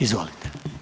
Izvolite.